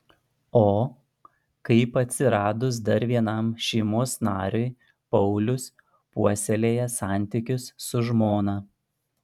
o kaip atsiradus dar vienam šeimos nariui paulius puoselėja santykius su žmona